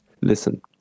Listen